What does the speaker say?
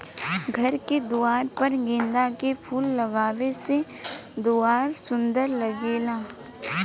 घर के दुआर पर गेंदा के फूल लगावे से दुआर सुंदर लागेला